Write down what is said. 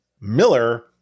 Miller